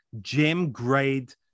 gem-grade